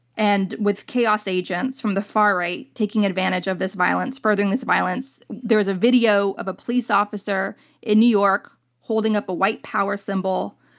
and with chaos agents from the far right taking advantage of this violence, furthering this violence. there's a a video of a police officer in new york holding up a white power symbol.